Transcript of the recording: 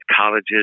colleges